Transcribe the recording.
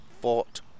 fought